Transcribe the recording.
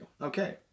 Okay